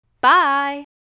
Bye